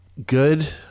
Good